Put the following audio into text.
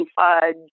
Fudge